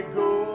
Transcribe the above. go